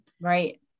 Right